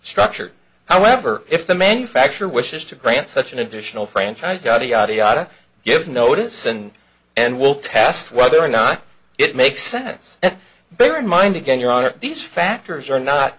structured however if the manufacturer wishes to grant such an additional franchise yada yada yada give notice and and we'll test whether or not it makes sense and bear in mind again your honor these factors are not